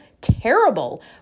terrible